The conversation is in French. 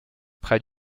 près